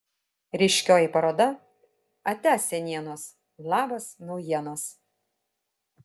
ryškioji paroda atia senienos labas naujienos